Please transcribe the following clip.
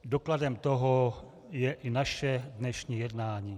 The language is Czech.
Dokladem toho je i naše dnešní jednání.